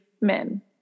men